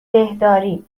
دهداری